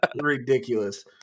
ridiculous